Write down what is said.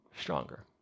stronger